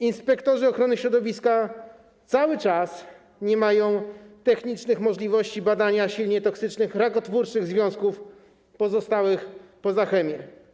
Inspektorzy ochrony środowiska cały czas nie mają technicznych możliwości pozwalających na badanie silnie toksycznych, rakotwórczych związków pozostałych po Zachemie.